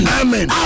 amen